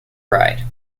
ride